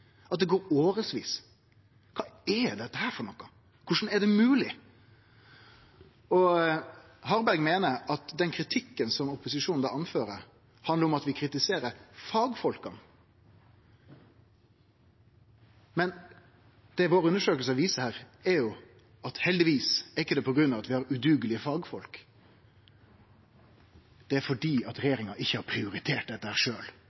at det går årevis? Kva er dette for noko? Korleis er det mogleg? Harberg meiner at den kritikken som opposisjonen noterer seg for, handlar om å kritisere fagfolka. Men det undersøkingane våre viser, er at det heldigvis ikkje kjem av at vi har udugelege fagfolk. Det er fordi regjeringa ikkje sjølv har prioritert dette.